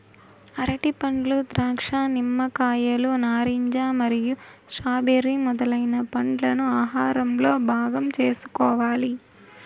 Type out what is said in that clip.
అరటిపండ్లు, ద్రాక్ష, నిమ్మకాయలు, నారింజ మరియు స్ట్రాబెర్రీ మొదలైన పండ్లను ఆహారంలో భాగం చేసుకోవాలి